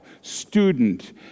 student